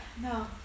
no